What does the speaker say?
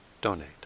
donate